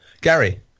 Gary